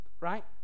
right